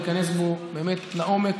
להיכנס בו באמת לעומק,